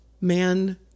man